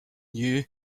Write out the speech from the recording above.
knew